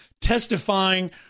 testifying